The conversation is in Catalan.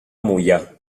moià